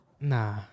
Nah